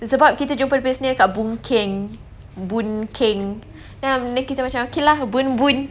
it's sebab kita jumpa the snail dekat boon keng boon keng um then kita macam okay lah boon boon